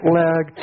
leg